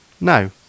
no